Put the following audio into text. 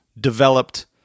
developed